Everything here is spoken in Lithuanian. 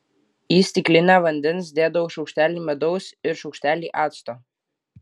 į stiklinę vandens dėdavau šaukštelį medaus ir šaukštelį acto